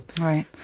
Right